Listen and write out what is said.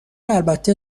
البته